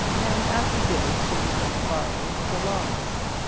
and after dinner sigismund borrowed the law list.